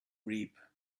reap